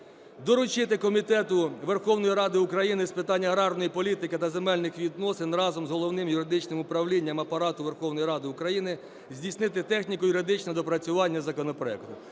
Доручити Комітету Верховної Ради України з питань аграрної політики та земельних відносин разом з Головним юридичним управлінням Апарату Верховної Ради України здійснити техніко-юридичне доопрацювання законопроекту.